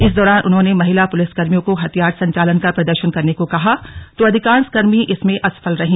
इस दौरान उन्होंने महिला पुलिस कर्मियों को हथियार संचालन का प्रदर्शन करने को कहा तो अधिकांश कर्मी इसमें असफल रही